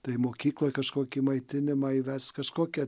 tai mokykloj kažkokį maitinimą įvest kažkokią